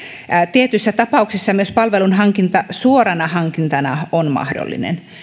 tietyissä tapauksissa myös palvelun hankinta suorana hankintana on mahdollinen